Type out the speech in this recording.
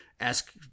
Ask